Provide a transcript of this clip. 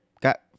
got